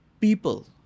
people